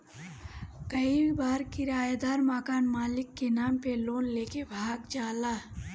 कई बार किरायदार मकान मालिक के नाम पे लोन लेके भाग जाला